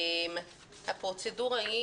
הפרוצדורה היא,